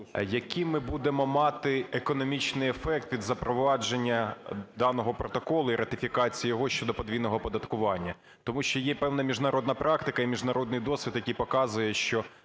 який ми будемо мати економічний ефект під запровадження даного Протоколу і ратифікації його щодо подвійного оподаткування? Тому що є певна міжнародна практика і міжнародний досвід, який показує, що